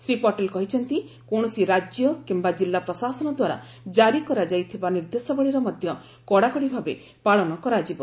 ଶ୍ରୀ ପଟେଲ କହିଛନ୍ତି କୌଣସି ରାଜ୍ୟ କିମ୍ବା କିଲ୍ଲା ପ୍ରଶାସନ ଦ୍ୱାରା କାରି କରାଯାଇଥିବା ନିର୍ଦ୍ଦେଶାବଳୀର ମଧ୍ୟ କଡ଼ାକଡ଼ି ଭାବେ ପାଳନ କରାଯିବ